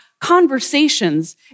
conversations